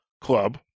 club